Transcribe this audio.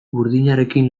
burdinarekin